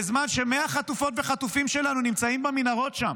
בזמן ש-100 חטופות וחטופים שלנו נמצאים במנהרות שם